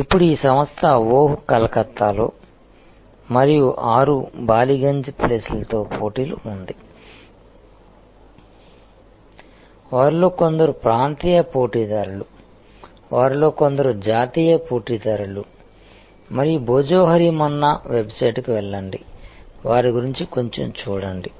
ఇప్పుడు ఈ సంస్థ ఓహ్ కలకత్తాతో మరియు 6 బాలిగంజ్ ప్లేస్తో పోటీలో ఉంది వారిలో కొందరు ప్రాంతీయ పోటీదారులు వారిలో కొందరు జాతీయ పోటీదారులు మరియు భోజోహోరి మన్నా వెబ్సైట్కు వెళ్ళండి వారి గురించి కొంచెం చూడండి